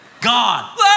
Gone